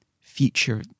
future